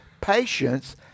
patience